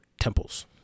temples